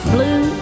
Blue